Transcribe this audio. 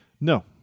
No